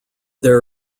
there